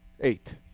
Eight